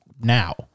now